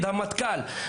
המטכ"ל,